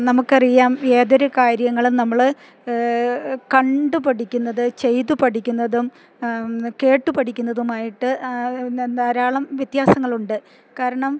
നമുക്കറിയാം ഏതൊരു കാര്യങ്ങളും നമ്മൾ കണ്ടു പഠിക്കുന്നത് ചെയ്തു പഠിക്കുന്നതും കേട്ടു പഠിക്കുന്നതുമായിട്ട് ധാരാളം വ്യത്യാസങ്ങളുണ്ട് കാരണം